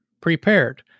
prepared